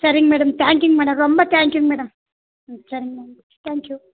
சரிங்க madam thank யூங்க madam ரொம்ப தேங்க் யூங்க மேடம் ம் சரிங்க மேடம் தேங்க் யூ